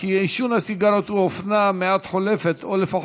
נדמה אולי שהיקף עישון הסיגריות במקומותינו הולך